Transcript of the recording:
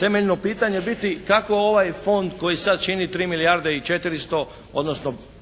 temeljno pitanje biti kako ovaj fond koji sada čini 3 milijarde i 400, odnosno 3 milijarde